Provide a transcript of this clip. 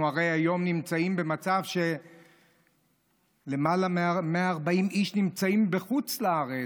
אנחנו הרי היום נמצאים במצב שלמעלה מ-140 איש נמצאים בחוץ לארץ,